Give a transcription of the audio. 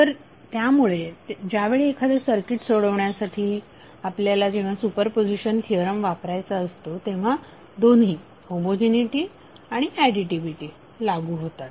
तर त्यामुळे ज्यावेळी एखादे सर्किट सोडवण्यासाठी आपल्याला जेव्हा सुपरपोझिशन थिअरम वापरायचा असतो तेव्हा दोन्ही होमोजिनीटी आणि ऍडीटीव्हीटी लागू होतात